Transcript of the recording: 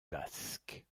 basque